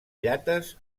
llates